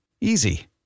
Easy